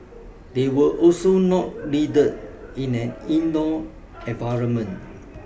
they were also not needed in an indoor environment